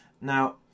Now